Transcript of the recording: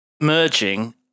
merging